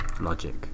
logic